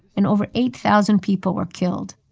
and over eight thousand people were killed.